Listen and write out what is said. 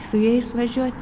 su jais važiuot